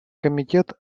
комитет